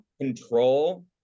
control